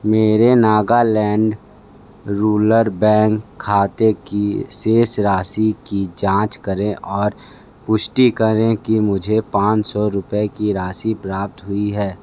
मेरे Nagaland rural bank खाते की शेष राशि की जाँच करें और पुष्टि करें कि मुझे पाँच सौ रुपये की राशि प्राप्त हुई है